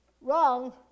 wrong